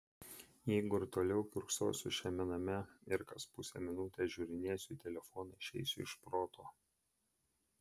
jeigu ir toliau kiurksosiu šiame name ir kas pusę minutės žiūrinėsiu į telefoną išeisiu iš proto